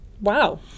Wow